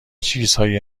چیزهایی